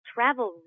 Travel